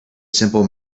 simple